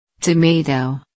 Tomato